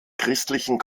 christlichen